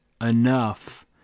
enough